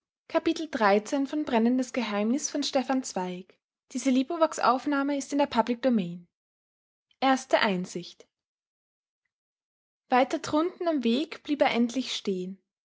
weiter drunten am weg blieb er endlich stehen